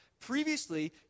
Previously